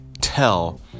tell